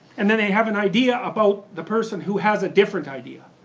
and then they have an idea about the person who has a different idea.